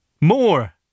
More